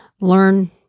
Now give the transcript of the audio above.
learn